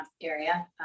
area